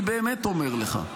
אני באמת אומר לך,